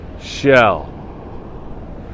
shell